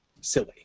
silly